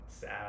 sad